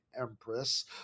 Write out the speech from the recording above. empress